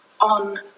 on